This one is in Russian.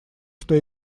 что